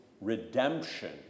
redemption